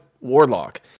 warlock